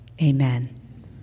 Amen